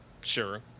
Sure